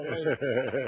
אדוני היושב-ראש,